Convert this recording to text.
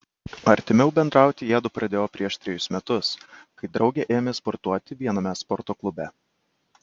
artimiau bendrauti jiedu pradėjo prieš trejus metus kai drauge ėmė sportuoti viename sporto klube